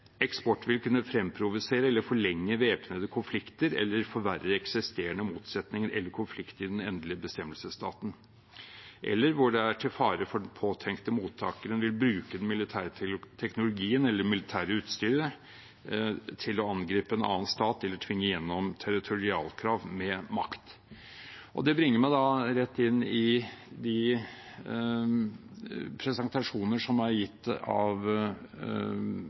forverre eksisterende motsetninger eller konflikter i den endelige bestemmelsesstaten, eller når det er fare for at den påtenkte mottakeren vil bruke den militære teknologien eller det militære utstyret til å angripe en annen stat eller tvinge gjennom territorialkrav med makt. Det bringer meg rett inn i de presentasjoner som er gitt av